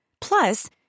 Plus